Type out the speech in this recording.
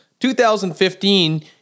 2015